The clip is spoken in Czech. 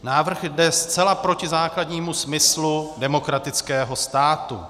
Návrh jde zcela proti základnímu smyslu demokratického státu.